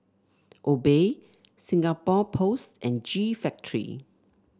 Obey Singapore Post and G Factory